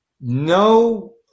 no